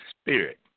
Spirit